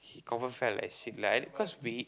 he confirm felt like shit lah cause we